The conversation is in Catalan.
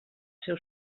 seu